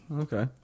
Okay